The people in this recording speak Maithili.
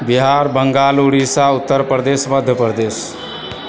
बिहार बङ्गाल उड़ीसा उत्तरप्रदेश मध्यप्रदेश